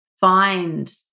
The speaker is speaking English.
find